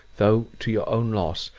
though to your own loss,